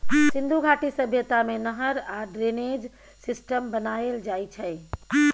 सिन्धु घाटी सभ्यता मे नहर आ ड्रेनेज सिस्टम बनाएल जाइ छै